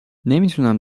نمیتونم